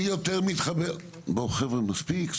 אני יותר מתחבר, בואו חבר'ה, מספיק.